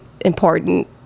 important